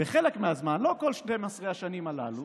בחלק מהזמן, לא כל 12 השנים הללו,